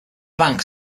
bank